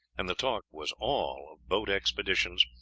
and the talk was all of boat expeditions,